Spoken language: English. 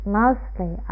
mostly